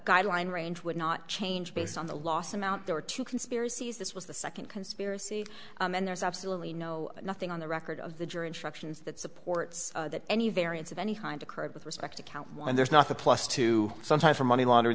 guideline range would not change based on the last amount there are two conspiracies this was the second conspiracy and there's absolutely no nothing on the record of the jury instructions that supports that any variance of any kind occurred with respect to count one there's not a plus two sometimes for money laundering